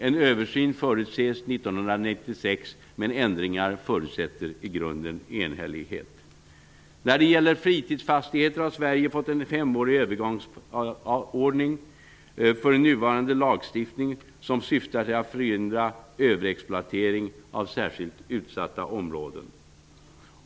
En översyn förutses 1996, men ändringar förutsätter i grunden enhällighet. När det gäller fritidsfastigheter har Sverige fått igenom en femårig övergångsordning för nuvarande lagstiftning. Den syftar till att förhindra överexploatering av särskilt utsatta områden.